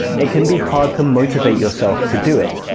it can be hard to motivate yourself to do it.